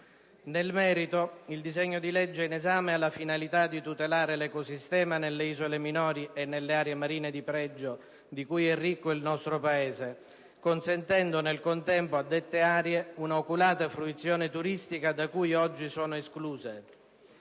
Nel merito, il disegno di legge in esame ha la finalità di tutelare l'ecosistema nelle isole minori e nelle aree marine di pregio, di cui è ricco il nostro Paese, consentendo, nel contempo, a dette aree una oculata fruizione turistica da cui oggi sono escluse.